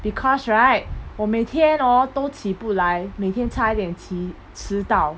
because right 我每天 orh 都起不来每天差一点迟迟到